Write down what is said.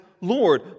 Lord